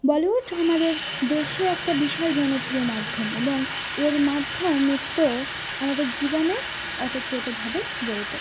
বলিউড আমাদের দেশে একটা বিশাল জনপ্রিয় মাধ্যম এবং এর মাধ্যম নৃত্য আমাদের জীবনে ওতপ্রতভাবে জড়িত